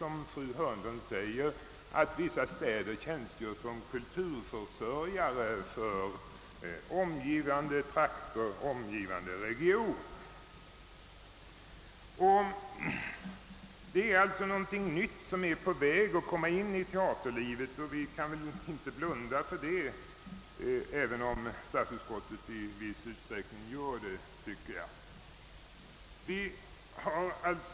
Som fru Hörnlund säger tjänstgör vissa städer som kulturförsörjare för omgivande regioner. Det är alltså någonting nytt som är på väg in i teaterlivet. Vi kan inte blunda för det, även om statsutskottet i viss utsträckning gör det.